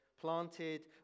planted